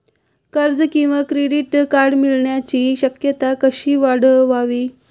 कर्ज किंवा credit card मिळण्याची शक्यता कशी वाढवावी?